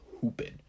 hooping